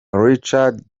richard